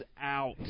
out